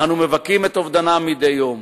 אנו מבכים את אובדנם מדי יום,